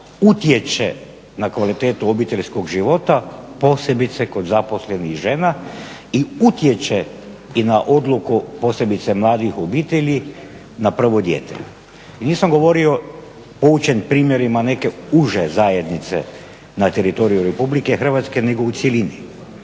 utječe na kvalitetu obiteljskog života, posebice kod zaposlenih žena i utječe i na odluku posebice mladih obitelji na prvo dijete. Nisam govorio poučen primjerima neke uže zajednice na teritoriju Republike Hrvatske nego u cjelini.